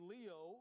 Leo